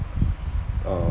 uh